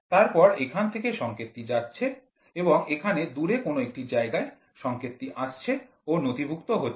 তারপর এখান থেকে সংকেতটি যাচ্ছে এবং এখানে দূরে কোনো একটি জায়গায় সংকেতটি আসছে ও নথিভুক্ত হচ্ছে